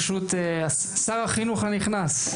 ברשות שר החינוך הנכנס,